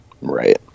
right